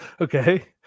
Okay